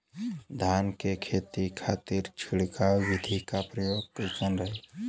धान के खेती के खातीर छिड़काव विधी के प्रयोग कइसन रही?